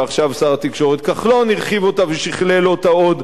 ועכשיו שר התקשורת כחלון הרחיב אותה ושכלל אותה עוד,